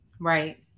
Right